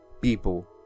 people